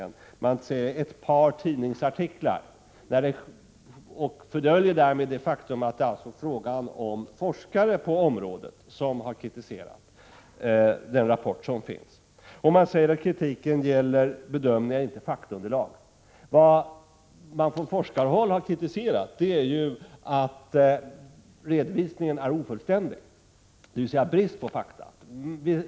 Han talar om ”ett par tidningsartiklar” och döljer därmed det faktum att det är forskare på området som har kritiserat den avgivna rapporten. Han säger vidare att kritiken gäller ”bedömningen” och inte ”faktaunderlaget”. Vad man från forskarhåll har kritiserat är att redovisningen är ofullständig, dvs. att det råder brist på fakta.